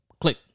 Click